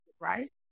right